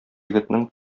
егетнең